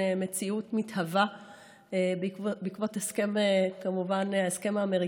מציאות מתהווה בעקבות ההסכם האמריקני.